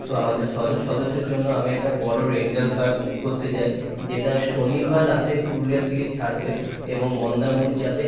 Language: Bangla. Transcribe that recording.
তো আমাদের ছজন সদস্যর জন্য আমি একটা বড় রেন্টাল কার বুক করতে যাই যেটা শনিবার রাতে পুরুলিয়ার থেকে ছাড়বে এবং মন্দারমণি যাবে